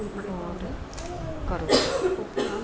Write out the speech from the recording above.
load ਕਰੋ